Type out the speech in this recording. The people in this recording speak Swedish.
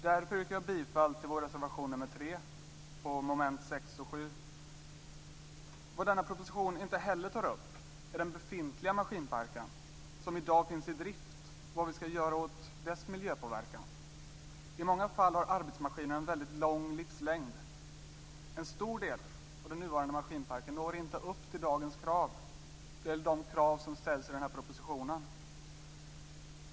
Därför yrkar jag bifall till vår reservation nr 3 under mom. 6 och 7. Vad denna proposition inte heller tar upp är den befintliga maskinpark som i dag är i drift och vad vi skall göra åt dess miljöpåverkan. I många fall har arbetsmaskiner en väldigt lång livslängd. En stor del av den nuvarande maskinparken når inte upp till dagens krav eller de krav som ställs i propositionen.